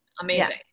amazing